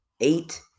Eight